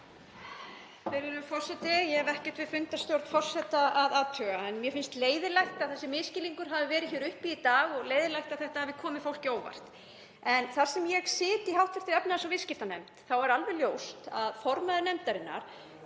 Virðulegur forseti. Ég hef ekkert við fundarstjórn forseta að athuga en mér finnst leiðinlegt að þessi misskilningur hafi verið uppi í dag og leiðinlegt að þetta hafi komið fólki á óvart. Þar sem ég sit í hv. efnahags- og viðskiptanefnd er alveg ljóst að formaður nefndarinnar